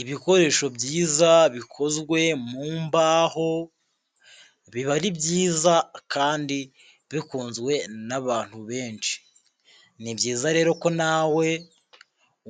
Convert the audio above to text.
Ibikoresho byiza bikozwe mu mbaho, biba ari byiza kandi bikunzwe n'abantu benshi, ni byiza rero ko nawe